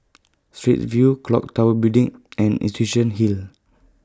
Straits View Clock Tower Building and Institution Hill